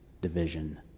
division